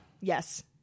yes